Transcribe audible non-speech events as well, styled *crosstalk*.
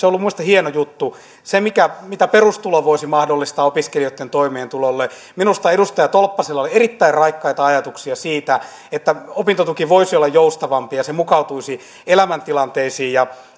*unintelligible* ollut minusta hieno juttu se mitä perustulo voisi mahdollistaa opiskelijoitten toimeentulolle minusta edustaja tolppasella oli erittäin raikkaita ajatuksia siitä että opintotuki voisi olla joustavampi ja se mukautuisi elämäntilanteisiin